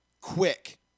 quick